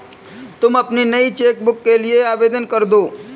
तुम अपनी नई चेक बुक के लिए आवेदन करदो